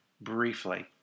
briefly